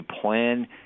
plan